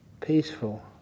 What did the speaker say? peaceful